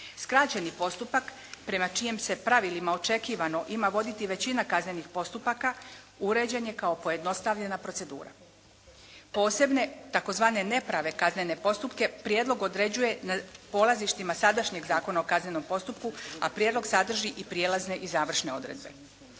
Skraćeni postupak prema čijim se pravilima očekivano ima voditi većina kaznenih postupaka uređen je kao pojednostavljena procedura. Posebne tzv. neprave kaznene postupke prijedlog određuje na polazištima sadašnjeg Zakona o kaznenom postupku a prijedlog sadrži i prijelazne i završne odredbe.